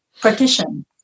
partition